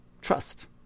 trust